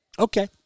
Okay